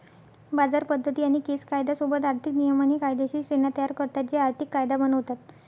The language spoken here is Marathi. बाजार पद्धती आणि केस कायदा सोबत आर्थिक नियमन हे कायदेशीर श्रेण्या तयार करतात जे आर्थिक कायदा बनवतात